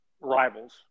rivals